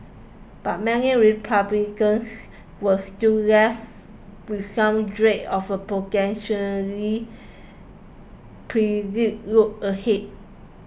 but many Republicans were still left with some dread of a potentially perilous road ahead